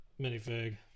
minifig